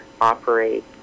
operate